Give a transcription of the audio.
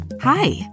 Hi